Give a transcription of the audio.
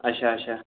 اچھا اچھا